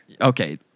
Okay